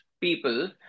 people